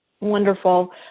Wonderful